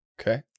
Okay